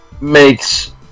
makes